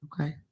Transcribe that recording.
okay